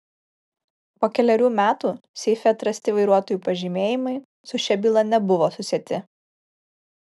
po kelerių metų seife atrasti vairuotojų pažymėjimai su šia byla nebuvo susieti